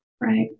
Right